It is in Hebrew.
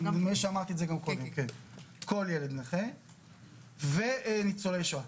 כל ילד נכה וניצולי שואה.